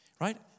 right